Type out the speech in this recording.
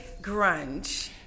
grunge